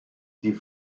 die